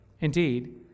indeed